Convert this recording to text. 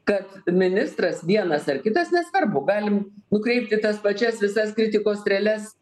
kad ministras vienas ar kitas nesvarbu galim nukreipti tas pačias visas kritikos strėles